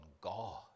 God